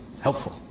helpful